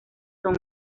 son